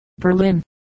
Berlin